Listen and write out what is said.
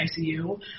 ICU